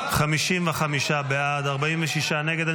55 בעד, 46 נגד.